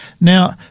Now